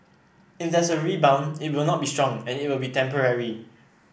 if there's a rebound it will not be strong and it will be temporary